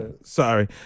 Sorry